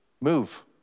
Move